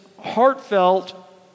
heartfelt